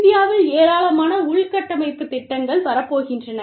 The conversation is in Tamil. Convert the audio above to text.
இந்தியாவில் ஏராளமான உள்கட்டமைப்பு திட்டங்கள் வரப்போகின்றன